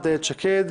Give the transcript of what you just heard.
איילת שקד,